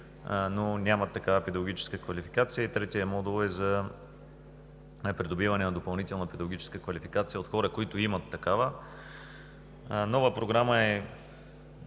но нямат такава педагогическа квалификация. И третият модул е за придобиване на допълнителна педагогическа квалификация от хора, които имат такава. Нова програма е